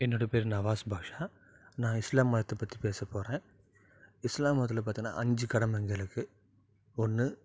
என்னோட பேர் நவாஸ் பாஷா நான் இஸ்லாம் மதத்தை பற்றி பேசப்போகறேன் இஸ்லாம் மதத்தில் பார்த்திங்கனா அஞ்சு கடமைங்கள் இருக்கு ஒன்று